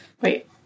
Wait